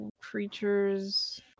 creatures